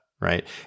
right